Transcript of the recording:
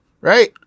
Right